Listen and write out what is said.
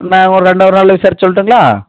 நான் ஒரு ரெண்டு ஒரு நாளில் விசாரிச்சு சொல்லட்டுங்களா